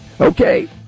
Okay